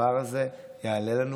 הדבר הזה יעלה לנו,